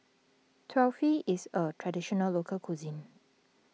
Kulfi is a Traditional Local Cuisine